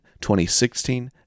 2016